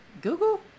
Google